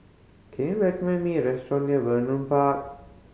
can you recommend me a restaurant near Vernon Park